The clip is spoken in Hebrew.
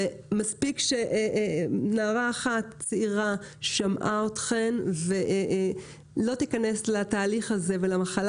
מספיק שנערה אחת צעירה שמעה אתכן ולא תיכנס לתהליך הזה ולמחלה